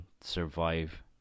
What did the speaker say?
survive